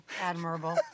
admirable